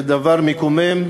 זה דבר מקומם,